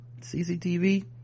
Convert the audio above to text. cctv